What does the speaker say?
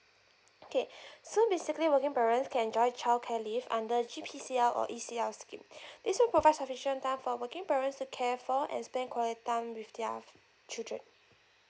okay so basically working parents can enjoy childcare leave under G_P_C_L or E_C_L scheme this will provide sufficient time for working parents to care for and spend quality time with their children